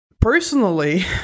personally